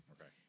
Okay